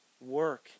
work